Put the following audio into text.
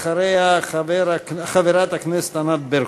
אחריה, חברת הכנסת ענת ברקו.